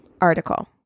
article